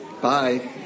bye